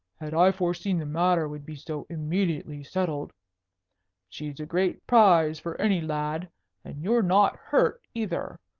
had i foreseen the matter would be so immediately settled she's a great prize for any lad and you're not hurt either.